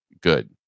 good